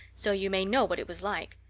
so you may know what it was like.